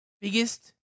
biggest